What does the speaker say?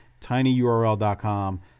tinyurl.com